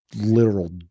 literal